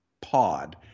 pod